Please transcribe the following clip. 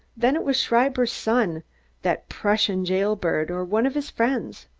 then it was schreiber's son that prussian jail-bird, or one of his friends.